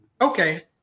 Okay